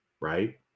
right